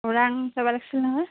ওৰাং যাব লাগিছিল নহয়